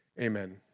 amen